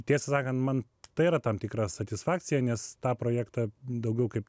tiesą sakant man tai yra tam tikra satisfakcija nes tą projektą daugiau kaip